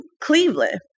Cleveland